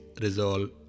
resolve